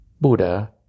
Buddha